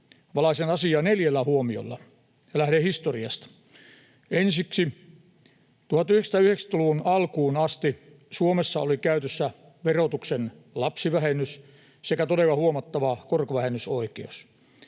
Valaisen asiaa neljällä huomiolla ja lähden historiasta. Ensiksi: 1990-luvun alkuun asti Suomessa oli käytössä verotuksen lapsivähennys sekä todella huomattava korkovähennysoikeus.